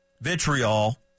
vitriol